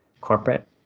corporate